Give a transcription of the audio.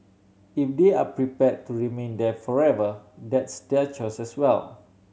if they are prepare to remain there forever that's their choices well